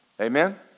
Amen